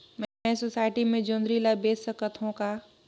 मैं सोसायटी मे जोंदरी ला बेच सकत हो का?